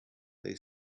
they